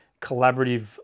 collaborative